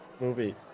movie